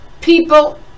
people